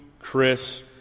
Chris